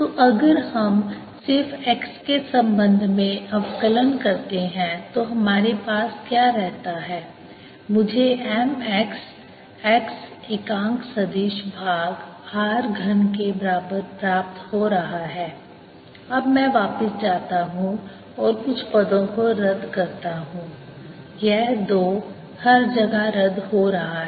तो अगर हम सिर्फ x के संबंध में अवकलन करते हैं तो हमारे पास क्या रहता है मुझे इस m x x एकांक सदिश भाग r घन के बराबर प्राप्त हो रहा है अब मैं वापिस जाता हूं और कुछ पदों को रद्द करता हूं यह 2 हर जगह रद्द हो रहा है